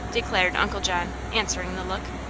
declared uncle john, answering the look.